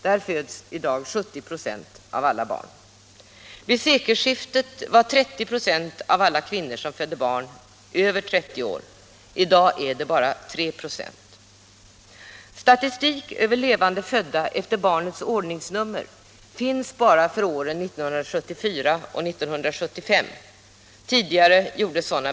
Där föds i dag 70 926 av alla barn. Vid sekelskiftet var 30 96 av alla kvinnor som födde barn över 30 år. I dag är det bara 3 96.